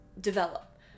develop